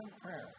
prayer